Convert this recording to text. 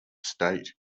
state